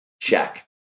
Check